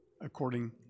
according